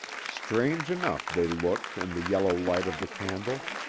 strange enough they looked in the yellow light of the candle.